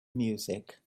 music